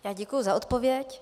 Já děkuji za odpověď.